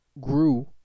grew